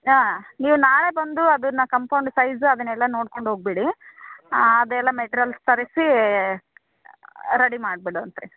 ಹಾಂ ನೀವು ನಾಳೆ ಬಂದು ಅದನ್ನ ಕಂಪೌಂಡ್ ಸೈಝ್ ಅದನ್ನೆಲ್ಲ ನೋಡ್ಕೊಂಡು ಹೋಗ್ಬಿಡಿ ಅದೆಲ್ಲ ಮೆಟ್ರೆಲ್ಸ್ ತರಿಸಿ ರೆಡಿ ಮಾಡ್ಬಿಡೊಂತು ರೀ